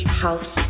house